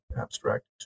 abstract